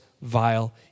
vile